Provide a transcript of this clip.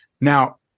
Now